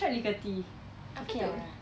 I tried lickety okay ah